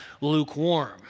lukewarm